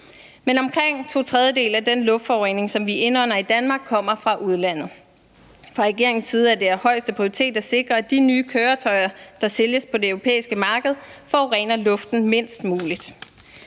Men omkring to tredjedele af den luftforurening, som vi indånder i Danmark, kommer fra udlandet. Fra regeringens side er det af højeste prioritet at sikre, at de nye køretøjer, der sælges på det europæiske marked, forurener luften mindst muligt.